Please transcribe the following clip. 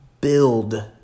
build